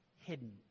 hidden